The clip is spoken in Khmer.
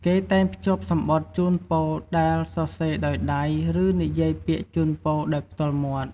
គេតែងភ្ជាប់សំបុត្រជូនពរដែលសរសេរដោយដៃ ឬនិយាយពាក្យជូនពរដោយផ្ទាល់មាត់។